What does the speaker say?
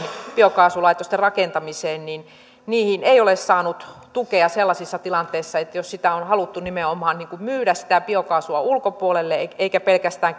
biokaasulaitosten rakentamiseen ei ole saatu tukea sellaisissa tilanteissa jos sitä biokaasua on haluttu nimenomaan myydä ulkopuolelle eikä eikä pelkästään